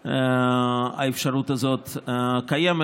האפשרות הזאת קיימת.